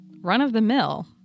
run-of-the-mill